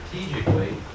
Strategically